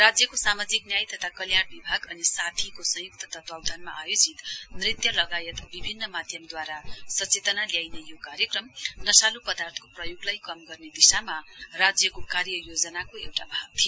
राज्यको सामाजिक न्याय तथा कल्याण विभाग अनि एसएएटीएच को संयुक्त तत्वावधानमा आयोजित नृत्य लगायत विभिन्न माध्यमद्वारा सचेतना ल्याइने यो कार्यक्रम नशालु पदार्थको प्रयोगलाई कम गर्ने दिशामा राज्यको कार्य योजनाको एउटा भाग थियो